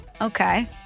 okay